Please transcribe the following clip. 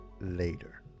later